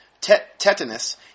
tetanus